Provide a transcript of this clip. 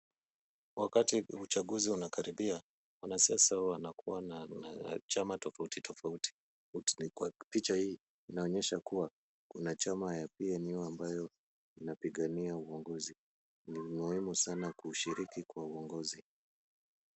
Wakati uchaguzi unakaribia, wanasiasa huwa wanakuwa na chama tofauti tofauti. Kwa picha hii, inaonyesha kuwa kuna chama ya PNU, ambayo inapigania uongozi. Ni muhimu sana kushiriki kwa uongozi.